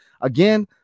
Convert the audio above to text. again